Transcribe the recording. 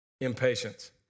impatience